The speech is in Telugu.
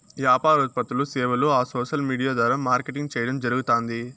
యాపార ఉత్పత్తులూ, సేవలూ ఆ సోసల్ విూడియా ద్వారా మార్కెటింగ్ చేయడం జరగుతాంది